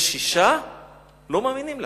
כשישה לא מאמינים לה.